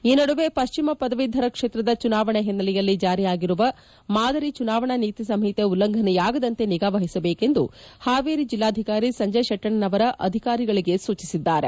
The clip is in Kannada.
ಈ ನಡುವೆ ಪಶ್ಚಿಮ ಪದವೀಧರ ಕ್ಷೇತ್ರದ ಚುನಾವಣೆ ಹಿನ್ನೆಲೆಯಲ್ಲಿ ಜಾರಿಯಾಗಿರುವ ಮಾದರಿ ಚುನಾವಣಾ ನೀತಿ ಸಂಹಿತೆ ಉಲ್ಲಂಘನೆಯಾಗದಂತೆ ನಿಗಾವಹಿಸಬೇಕೆಂದು ಹಾವೇರಿ ಜಿಲ್ಲಾಧಿಕಾರಿ ಸಂಜಯ ಶೆಟ್ಟಣ್ಣನವರ ಅಧಿಕಾರಿಗಳಿಗೆ ಸೂಚಿಸಿದ್ದಾರೆ